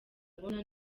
abona